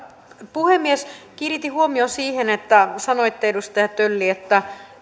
puhemies kiinnitin huomion siihen että sanoitte edustaja tölli että